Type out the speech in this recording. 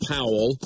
Powell